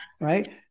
Right